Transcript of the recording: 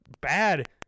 bad